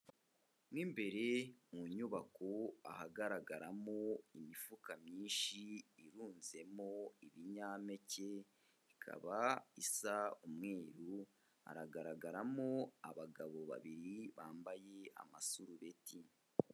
Mo imbere mu nyubako ahagaragaramo imifuka myinshi irunzemo ibinyampeke, ikaba isa umweru, haragaragaramo abagabo babiri bambaye amasurubeti.